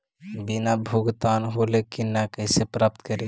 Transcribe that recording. Bill भुगतान होले की न कैसे पता करी?